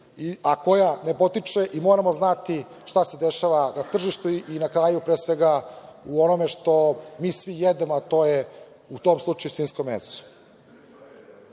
a koja ne potiče i moramo znati šta se dešava na tržištu i pre svega u onome što mi svi jedemo, a to je u tom slučaju svinjsko meso. Mi